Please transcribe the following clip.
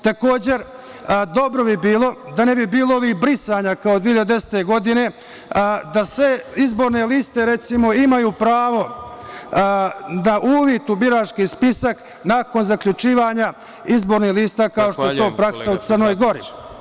Takođe, dobro bi bilo, da ne bi bilo ovih brisanja kao 2010. godine, da sve izborne liste imaju pravo na uvid u birački spisak nakon zaključivanja izbornih lista, kao što je to praksa u Crnoj Gori.